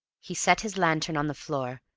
he set his lantern on the floor,